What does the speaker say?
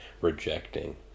rejecting